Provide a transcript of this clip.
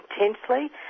intensely